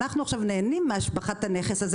אנחנו עכשיו נהנים מהשבחת הנכס הזה,